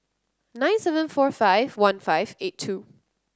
nine seven four five one five eight two